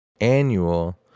Annual